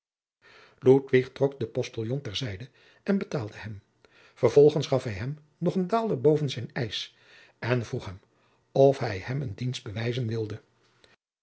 trok den postiljon ter zijde en betaalde hem vervolgens gaf hij hem nog een daalder boven zijn eisch en vroeg hem of hij hem een dienst bewijzen wilde